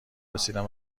رسیدن